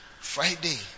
Friday